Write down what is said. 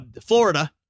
Florida